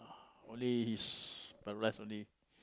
only his my wife only